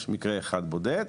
יש מקרה אחד בודד,